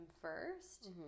first